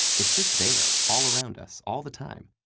it's just there, all around us, all the time.